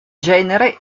genere